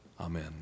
Amen